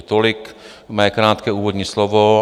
Tolik mé krátké úvodní slovo.